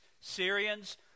Syrians